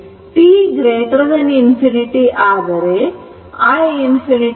t∞ ಆದರೆ i ∞ 2 ampere ಇರುತ್ತದೆ